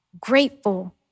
grateful